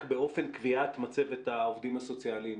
באופן קביעת מצבתך העובדים הסוציאליים